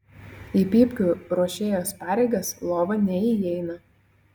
į pypkių ruošėjos pareigas lova neįeina